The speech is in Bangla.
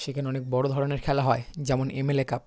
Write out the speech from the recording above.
সেখানে অনেক বড়ো ধরনের খেলা হয় যেমন এম এল এ কাপ